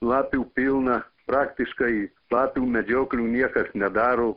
lapių pilna praktiškai lapių medžioklių niekas nedaro